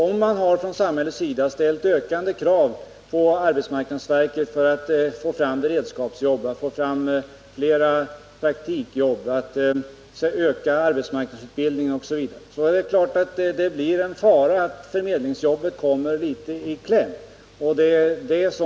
Om man från samhällets sida ställer allt större krav på arbetsmarknadsverket för att få fram beredskapsjobb och fler praktikjobb och för att utöka arbetsmarknadsutbildningen osv., är det givet att förmedlingsjobbet kan komma litet i kläm.